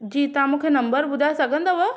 जी तव्हां मूंखे नंबर ॿुधाए सघंदव